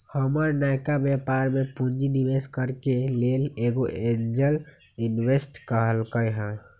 हमर नयका व्यापर में पूंजी निवेश करेके लेल एगो एंजेल इंवेस्टर कहलकै ह